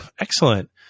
Excellent